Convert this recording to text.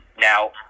Now